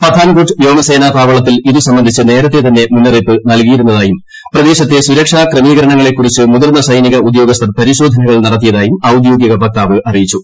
പത്താൻകോട്ട് വ്യോമസേനാ താവളത്തിൽ ഇതു സംബന്ധിച്ച് നേരത്തേ തന്നെ മുന്നറിയിപ്പ് നൽകിയിരുന്നതായും പ്രദേശങ്കത്ത സുരക്ഷാ ക്രമീകരണങ്ങളെക്കുറിച്ച് മുതിർന്ന് അസ്നിക ഉദ്യോഗസ്ഥർ പരിശോധനകൾ നടത്തിയതായും ഔദ്യോഗിക വക്താവ് അറിയിച്ചു